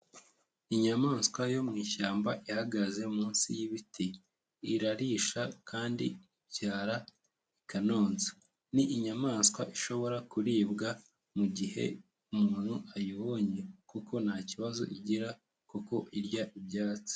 Inyamaswa yo mu ishyamba ihagaze munsi y'ibiti, irarisha kandi ibyara ikanonsa. Ni inyamaswa ishobora kuribwa mu gihe umuntu ayibonye, kuko nta kibazo igira kuko irya ibyatsi.